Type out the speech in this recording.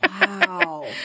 Wow